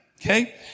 okay